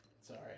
Sorry